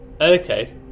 okay